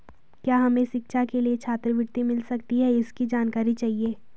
क्या हमें शिक्षा के लिए छात्रवृत्ति मिल सकती है इसकी जानकारी चाहिए?